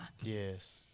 Yes